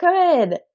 good